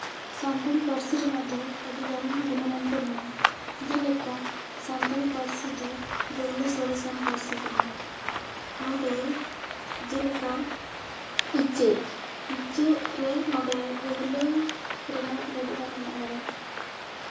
ᱥᱟᱱᱛᱟᱲᱤ ᱯᱟᱹᱨᱥᱤ ᱨᱮᱱᱟᱜ ᱫᱚ ᱟᱹᱰᱤᱜᱟᱱ ᱜᱩᱱᱚᱢᱟᱱ ᱠᱚ ᱢᱮᱱᱟᱜᱼᱟ ᱡᱮᱞᱮᱠᱟ ᱥᱟᱱᱛᱟᱲᱤ ᱯᱟᱹᱨᱥᱤ ᱫᱚ ᱜᱟᱹᱦᱞᱟᱹ ᱥᱚᱨᱮᱥᱟᱱ ᱯᱟᱹᱨᱥᱤ ᱠᱟᱱᱟ ᱱᱚᱰᱮ ᱡᱮᱞᱮᱠᱟ ᱤᱪᱟᱹᱜ ᱤᱪᱟᱹᱜ ᱨᱮ ᱱᱚᱰᱮ ᱜᱟᱹᱦᱞᱟᱹ ᱨᱮᱱᱟᱜ ᱵᱮᱵᱚᱦᱟᱨ ᱢᱮᱱᱟᱜ ᱠᱟᱫᱟ